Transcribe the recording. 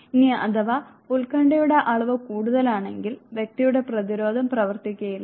ഇനി അഥവാ ഉത്കണ്ഠയുടെ അളവ് കൂടുതലാണെങ്കിൽ വ്യക്തിയുടെ പ്രതിരോധം പ്രവർത്തിക്കുകയില്ല